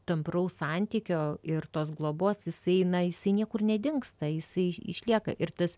tampraus santykio ir tos globos jis na jisai niekur nedingsta jisai išlieka ir tas